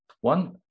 one